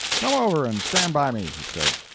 come over and stand by me, he said.